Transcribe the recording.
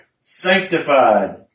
sanctified